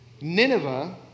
Nineveh